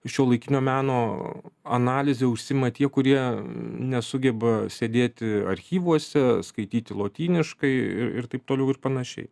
šiuolaikinio meno analize užsiima tie kurie nesugeba sėdėti archyvuose skaityti lotyniškai ir ir taip toliau ir panašiai